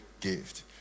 gift